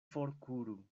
forkuru